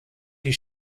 die